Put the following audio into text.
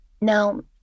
Now